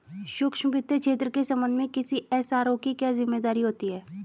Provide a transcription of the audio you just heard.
सूक्ष्म वित्त क्षेत्र के संबंध में किसी एस.आर.ओ की क्या जिम्मेदारी होती है?